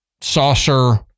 saucer